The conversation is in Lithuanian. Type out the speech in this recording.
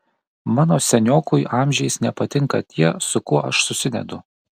mano seniokui amžiais nepatinka tie su kuo aš susidedu